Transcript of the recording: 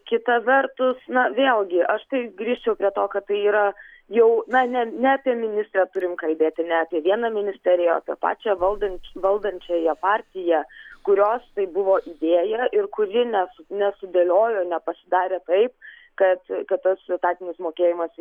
kita vertus na vėlgi aš tai grįžčiau prie to kad tai yra jau na ne ne apie ministrę turim kalbėti ne apie vieną ministeriją o apie pačią valdant valdančiąją partiją kurios tai buvo idėja ir kuri nesu nesudėliojo nepasidarė taip kad kad tas etatinis mokėjimas